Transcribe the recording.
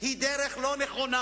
היא דרך לא נכונה.